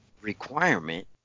requirement